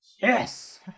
yes